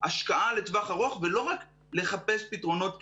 השקעה לטווח ארוך ולא רק לחפש פתרונות קסם.